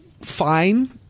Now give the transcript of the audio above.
fine